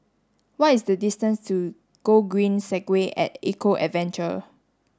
what is the distance to Gogreen Segway at Eco Adventure